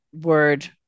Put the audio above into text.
word